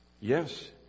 Yes